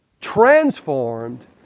transformed